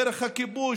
דרך הכיבוש,